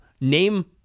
name